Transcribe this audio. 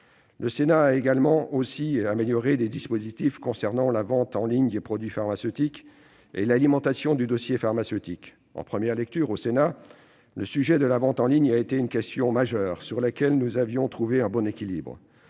Le Sénat a également amélioré les dispositifs concernant la vente en ligne de produits pharmaceutiques et l'alimentation du dossier pharmaceutique. En première lecture, au Sénat, le sujet de la vente en ligne a constitué une question majeure sur laquelle un bon équilibre